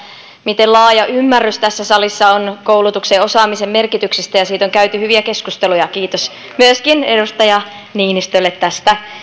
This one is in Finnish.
miten laaja ymmärrys tässä salissa on koulutuksen ja osaamisen merkityksestä ja siitä on käyty hyviä keskusteluja kiitos myöskin edustaja niinistölle tästä